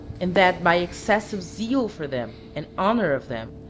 and that by excessive zeal for them, and honor of them,